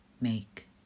make